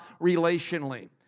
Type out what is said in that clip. relationally